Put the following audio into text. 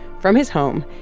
from his home,